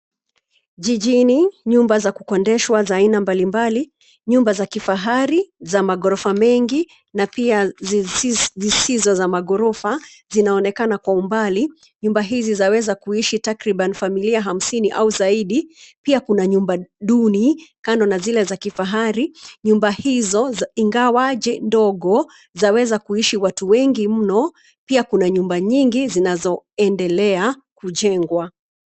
Jijini, nyumba za kukodishwa za aina mbali mbali. Nyumba za kifahari za maghorofa mengi na pia zisizo za maghorofa zinaonekana kwa umbali. Nyumba hizi zaweza kuishi takriban familia hamsini au zaidi pia kuna nyumba duni kando na zile za kifahari. Nyumba hizo ingawaje ndogo zaweza kuishi watu wengi mno. Pia kuna nyumba nyingi zinazoendelea kujengwa.